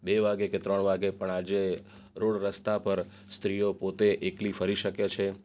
બે વાગે કે ત્રણ વાગે પણ આજે રોડ રસ્તા પર સ્ત્રીઓ પોતે એકલી ફરી શકે છે